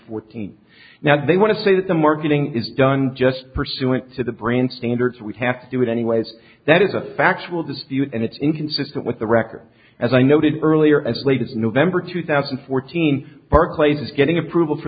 fourteen now they want to say that the marketing is done just pursuant to the brand standards we have to do it anyways that is a factual dispute and it's inconsistent with the record as i noted earlier as late as november two thousand and fourteen barclays is getting approval for